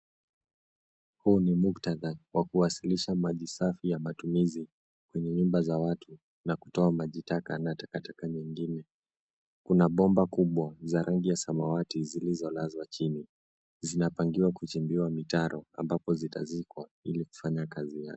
Huu ni muktadha wa kuwasilisha maji safi ya matumizi kwenye nyumba za watu na kutoa maji taka na taka taka nyingine, kuna bomba kubwa za rangi ya samawati zilizolazwa chini zinapangiwa kuchimbiwa mitaro ambapo zitazikwa ili kufanya kazi yake.